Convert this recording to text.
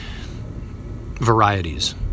varieties